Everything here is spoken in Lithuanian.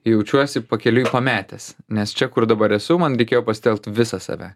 jaučiuosi pakeliui pametęs nes čia kur dabar esu man reikėjo pasitelkt visą save